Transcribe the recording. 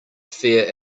fair